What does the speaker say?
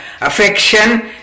affection